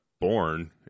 born